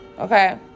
Okay